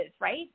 right